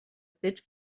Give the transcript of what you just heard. bit